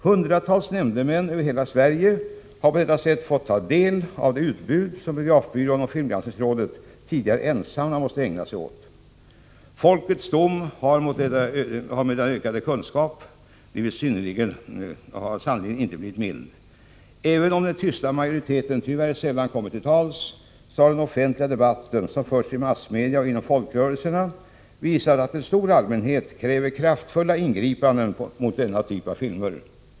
Hundratals nämndemän över hela Sverige har på detta sätt fått ta del av det utbud som biografbyrån och filmgranskningsrådet tidigare ensamma måste ägna sig åt. Folkets dom har med denna ökade kunskap sannerligen inte blivit mild! Även om den tysta majoriteten tyvärr sällan kommer till tals, har den offentliga debatt som förts i massmedia och inom folkrörelserna visat att en stor allmänhet kräver kraftfulla ingripanden mot denna typ av filmer.